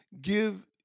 give